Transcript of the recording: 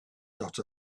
dot